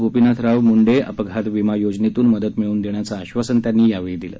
गोपीनाथराव म्ंडे अपघात विमा योजनेतून मदत मिळवून देण्याचं आश्वासन त्यांनी यावेळी दिलं